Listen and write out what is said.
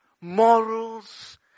morals